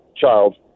child